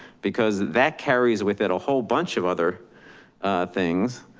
because that carries with it a whole bunch of other things.